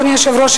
אדוני היושב-ראש,